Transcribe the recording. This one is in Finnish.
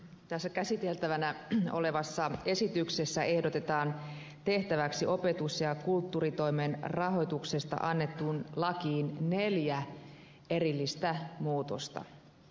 tässä käsiteltävänä olevassa esityksessä ehdotetaan tehtäväksi opetus ja kulttuuritoimen rahoituksesta annettuun lakiin neljä erillistä muutosta